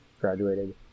graduated